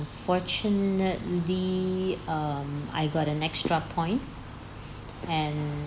unfortunately um I got an extra point and